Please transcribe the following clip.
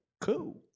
cool